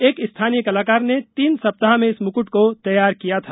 एक स्थानीय कलाकार ने तीन सप्ताह में इस मुकुट को तैयार किया था